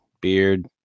beard